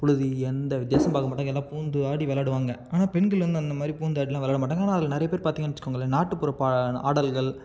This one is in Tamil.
புழுதி எந்த வித்தியாசமும் பார்க்க மாட்டாங்க எல்லாம் பூந்து ஆடி விளையாடுவாங்க ஆனால் பெண்கள் வந்து அந்தமாதிரி பூந்து ஆடிலாம் விளையாட மாட்டாங்க ஆனால் அதில் நிறையா பேர் பார்த்திங்கனா வச்சுக்கோங்களேன் நாட்டுப்புற ஆடல்கள்